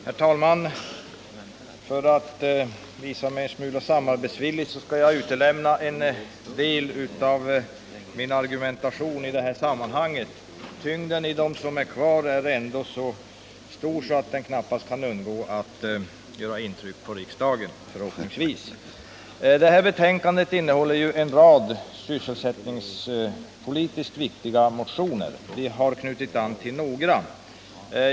Herr talman! För att visa mig en smula samarbetsvillig skall jag utelämna en del av min argumentation i det här sammanhanget. Tyngden av den argumentation som är kvar är ändå så stor att den knappast kan undgå att göra intryck på riksdagen, förhoppningsvis. Betänkandet innehåller en rad sysselsättningspolitiskt viktiga frågor. Vi har i våra motioner knutit an till en del av dessa.